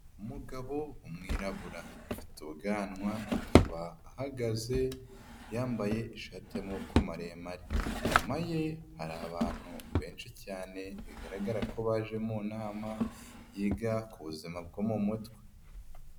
Umugabo w'umwirabura afite ubwanwa akaba ahagaze yambaye ishati y'amaboko maremare, inyuma ye hari abantu benshi cyane bigaragara ko baje mu nama yiga ku buzima bwo mu mutwe.